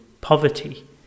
poverty